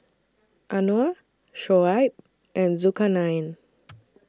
Anuar Shoaib and Zulkarnain